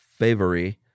Favory